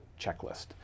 checklist